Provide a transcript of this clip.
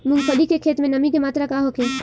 मूँगफली के खेत में नमी के मात्रा का होखे?